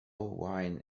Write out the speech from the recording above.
wine